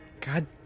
God